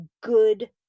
good